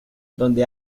donde